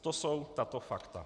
To jsou tato fakta.